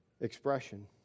expression